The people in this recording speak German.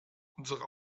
unsere